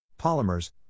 Polymers